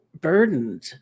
burdened